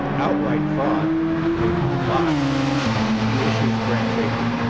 outright fraud through lots and issues of brand safety.